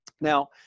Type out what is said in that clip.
Now